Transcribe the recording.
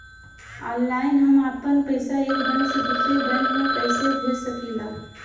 Online हम आपन पैसा एक बैंक से दूसरे बैंक में कईसे भेज सकीला?